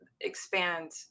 expand